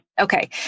Okay